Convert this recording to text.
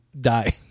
die